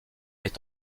est